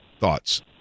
Thoughts